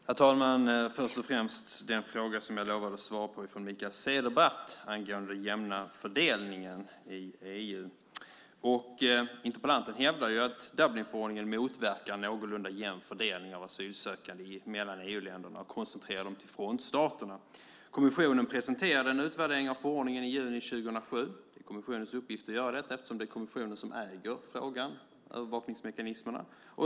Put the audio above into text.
Herr talman! Först och främst har vi den fråga från Mikael Cederbratt angående den jämna fördelningen i EU som jag lovade att svara på. Interpellanten hävdar att Dublinförordningen motverkar en någorlunda jämn fördelning av asylsökande mellan EU-länderna och koncentrerar dem till frontstaterna. Kommissionen presenterade en utvärdering av förordningen i juni 2007. Det är kommissionens uppgift att göra detta eftersom det är kommissionen som äger frågan och övervakningsmekanismerna.